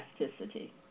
elasticity